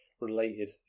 related